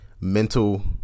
mental